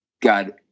God